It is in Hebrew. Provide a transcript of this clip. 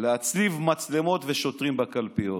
להציב מצלמות ושוטרים בקלפיות,